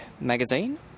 magazine